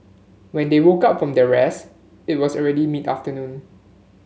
when they woke up from their rest it was already mid afternoon